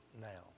now